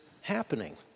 happening